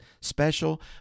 special